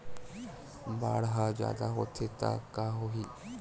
बाढ़ ह जादा होथे त का होही?